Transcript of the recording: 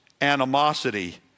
animosity